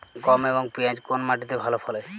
গম এবং পিয়াজ কোন মাটি তে ভালো ফলে?